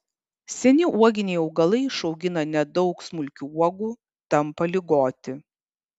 seni uoginiai augalai išaugina nedaug smulkių uogų tampa ligoti